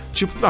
Tipo